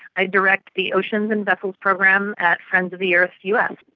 i direct the oceans and vessels program at friends of the earth us.